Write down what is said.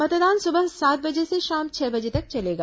मतदान सुबह सात बजे से शाम छह बजे तक चलेगा